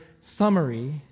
summary